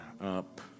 up